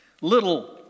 little